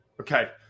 Okay